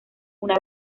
una